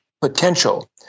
potential